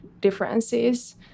differences